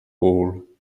hole